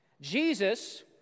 Jesus